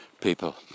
people